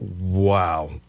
wow